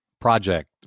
project